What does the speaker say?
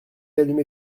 allumé